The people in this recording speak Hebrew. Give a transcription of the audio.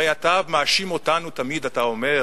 הרי אתה מאשים אותנו, תמיד אתה אומר: